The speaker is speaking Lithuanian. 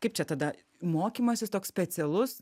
kaip čia tada mokymasis toks specialus